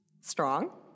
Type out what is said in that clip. strong